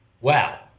Wow